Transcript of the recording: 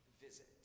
visit